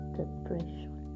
depression